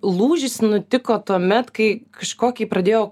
lūžis nutiko tuomet kai kažkokį pradėjo